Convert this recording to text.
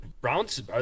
Browns